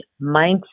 mindset